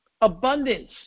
Abundance